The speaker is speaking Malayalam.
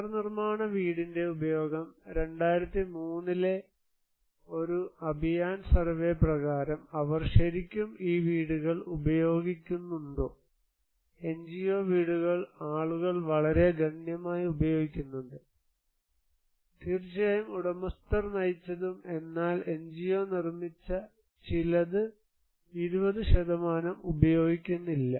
പുനർനിർമാണ വീടിന്റെ ഉപയോഗം 2003 ലെ ഒരു അഭിയാൻ സർവേ പ്രകാരം അവർ ശരിക്കും ഈ വീടുകൾ ഉപയോഗിക്കുന്നുണ്ടോ എൻജിഒ വീടുകൾ ആളുകൾ വളരെ ഗണ്യമായി ഉപയോഗിക്കുന്നുണ്ട് തീർച്ചയായും ഉടമസ്ഥർ നയിച്ചതും എന്നാൽ എൻജിഒ നിർമ്മിച്ച ചിലത് 20 ഉപയോഗിക്കുന്നില്ല